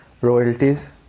royalties